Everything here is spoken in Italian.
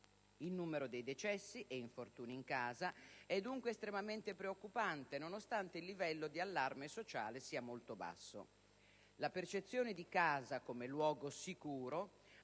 Il numero di decessi e infortuni in casa è dunque estremamente preoccupante nonostante il livello di allarme sociale sia molto basso. La percezione di casa come luogo sicuro